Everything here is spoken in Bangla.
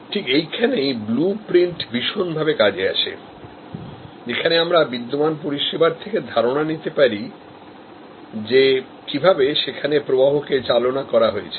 ঠিক এইখানেই blue প্রিন্ট ভীষণভাবে কাজে আসে যেখানে আমরা বিদ্যমান পরিষেবার থেকে ধারণা নিতে পারি যে কিভাবে সেখানে প্রবাহকে চালনা করা হয়েছে